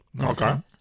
Okay